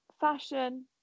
fashion